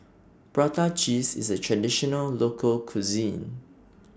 Prata Cheese IS A Traditional Local Cuisine